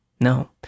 No